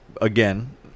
again